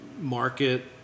market